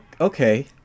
okay